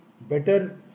better